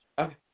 Okay